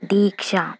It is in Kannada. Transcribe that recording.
ದೀಕ್ಷಾ